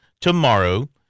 tomorrow